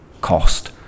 cost